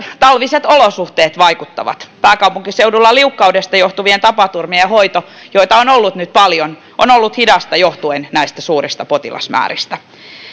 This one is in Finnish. talviset olosuhteet vaikuttavat pääkaupunkiseudulla liukkaudesta johtuvien tapaturmien hoito jollaisia on ollut nyt paljon on ollut hidasta johtuen näistä suurista potilasmääristä